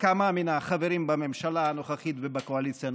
כמה מן החברים בממשלה הנוכחית ובקואליציה הנוכחית.